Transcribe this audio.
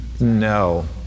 No